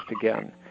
again